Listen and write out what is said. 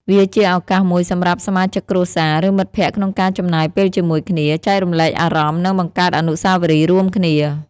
វាជាឱកាសមួយសម្រាប់សមាជិកគ្រួសារ ឬមិត្តភក្តិក្នុងការចំណាយពេលជាមួយគ្នា ចែករំលែកអារម្មណ៍ និងបង្កើតអនុស្សាវរីយ៍រួមគ្នា។